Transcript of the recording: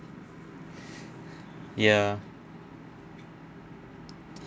ya